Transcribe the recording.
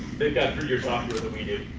they've got prettier software than we do